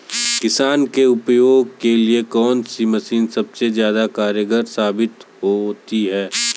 किसान के उपयोग के लिए कौन सी मशीन सबसे ज्यादा कारगर साबित होती है?